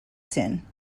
sin